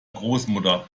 großmutter